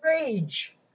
Rage